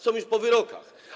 Są już po wyrokach.